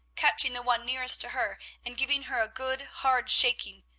catching the one nearest to her, and giving her a good, hard shaking.